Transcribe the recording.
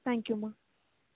thank Yuma